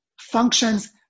functions